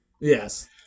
Yes